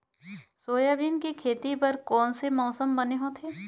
Soybean के खेती बर कोन से मौसम बने होथे?